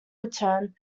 return